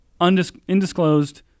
undisclosed